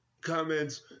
comments